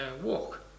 walk